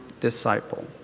disciple